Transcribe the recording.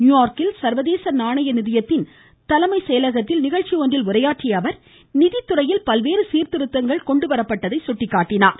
நியூயார்க்கில் சர்வதேச நாணய நிதியத்தின் தலைமை செயலகத்தில் நிகழ்ச்சி ஒன்றில் உரையாற்றிய அவர் நிதித்துறையில் பல்வேறு சீர்திருத்தங்கள் கொண்டு வந்துள்ளதை சுட்டிக்காட்டினார்